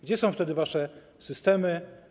Gdzie są wtedy wasze systemy?